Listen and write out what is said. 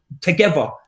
together